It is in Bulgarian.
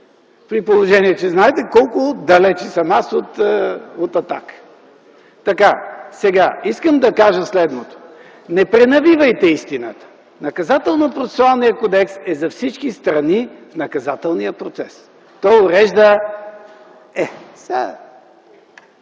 при положение че знаете колко далеч съм аз от „Атака”. Искам да кажа следното: не пренавивайте истината. Наказателно-процесуалният кодекс е за всички страни в наказателния процес. Той урежда ...